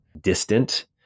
distant